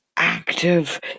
active